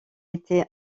était